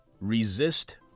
Resist